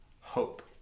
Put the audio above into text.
hope